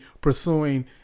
pursuing